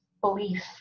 belief